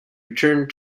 returned